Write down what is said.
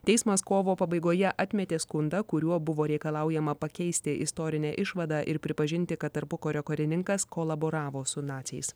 teismas kovo pabaigoje atmetė skundą kuriuo buvo reikalaujama pakeisti istorinę išvadą ir pripažinti kad tarpukario karininkas kolaboravo su naciais